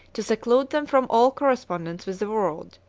to seclude them from all correspondence with the world.